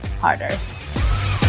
harder